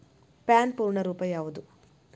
PAN ಪೂರ್ಣ ರೂಪ ಯಾವುದು?